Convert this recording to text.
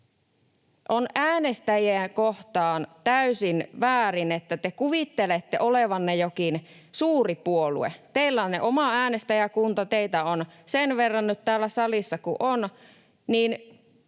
On äänestäjiä kohtaan täysin väärin, että te kuvittelette olevanne jokin suuri puolue. Teillä on oma äänestäjäkunta, ja kun teitä on nyt täällä salissa sen